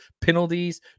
penalties